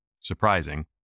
surprising